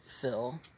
fill